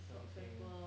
酱清